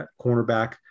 cornerback